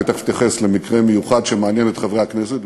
ותכף אתייחס למקרה מיוחד שמעניין את חברי הכנסת,